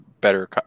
better